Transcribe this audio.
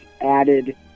added